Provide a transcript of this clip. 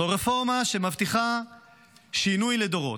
זו רפורמה שמבטיחה שינוי לדורות.